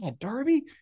Darby